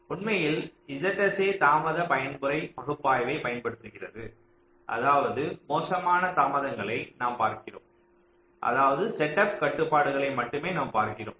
உண்மையில் ZSA தாமத பயன்முறை பகுப்பாய்வைப் பயன்படுத்துகிறது அதாவது மோசமான தாமதங்களை நாம் பார்க்கிறோம் அதாவது செட்டப் கட்டுப்பாடுகளை மட்டுமே நாம் பார்க்கிறோம்